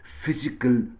physical